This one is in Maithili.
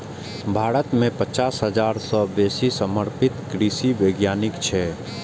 भारत मे पचास हजार सं बेसी समर्पित कृषि वैज्ञानिक छै